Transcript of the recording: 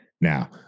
Now